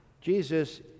Jesus